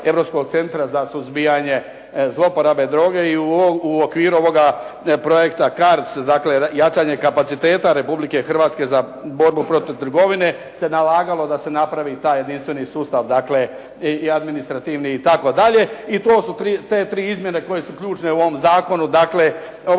Europskog centra za suzbijanje zlouporabe droge i u okviru ovog projekta CARDS dakle jačanje kapaciteta Republike Hrvatske za borbu protiv trgovine se nalagalo da se napravi taj jedinstveni sustav, dakle administrativni itd. I to su te tri izmjene koje su ključne u ovom zakonu dakle ovaj